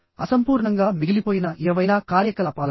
అసంపూర్ణంగా మిగిలిపోయిన ఏవైనా కార్యకలాపాలతో